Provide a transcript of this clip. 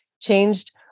changed